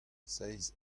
seizh